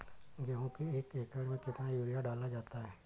गेहूँ के एक एकड़ में कितना यूरिया डाला जाता है?